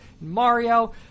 Mario